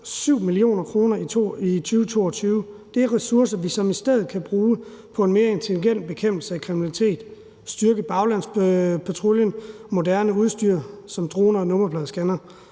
207 mio. kr. i 2022. Det er ressourcer, som vi i stedet kan bruge på en mere intelligent bekæmpelse af kriminalitet, på at styrke baglandspatruljerne og på moderne udstyr som droner og nummerpladescannere.